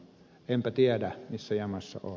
enpä tiedä missä jamassa on